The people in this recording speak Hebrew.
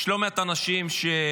יש לא מעט אנשים שקוראים,